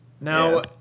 Now